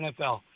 NFL